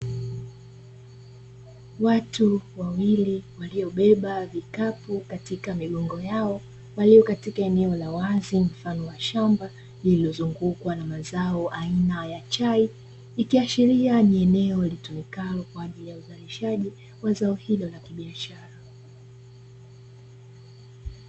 Watu wawili waliobeba vikapu katika migongo yao, walio katika eneo la wazi mfano wa shamba lililozungukwa na mazao aina ya chai. Ikiashiria ni eneo litumikalo kwa ajili ya uzalishaji wa zao hilo la kibiashara.